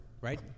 right